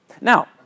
Now